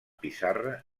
pissarra